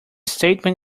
statement